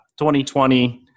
2020